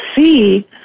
see